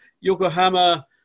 Yokohama